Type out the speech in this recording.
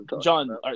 John